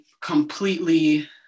completely